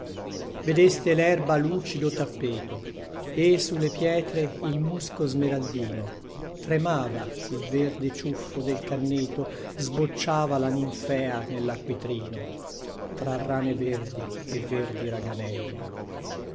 vedeste lerba lucido tappeto e sulle pietre il musco smeraldino tremava il verde ciuffo del canneto sbocciava la ninfea nellacquitrino tra rane verdi e verdi raganelle